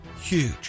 huge